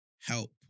help